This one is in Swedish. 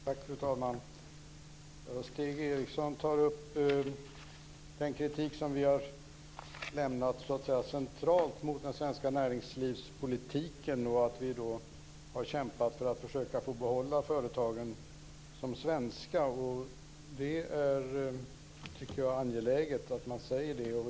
Fru talman! Stig Eriksson tar upp den kritik som vi har lämnat centralt mot den svenska näringslivspolitiken. Vi har kämpat för att få behålla företagen som svenska. Jag tycker att det är angeläget att man säger det.